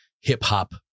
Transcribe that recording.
hip-hop